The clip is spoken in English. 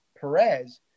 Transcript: Perez